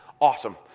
awesome